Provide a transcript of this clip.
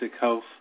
Health